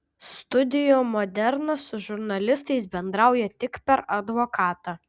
studio moderna su žurnalistais bendrauja tik per advokatą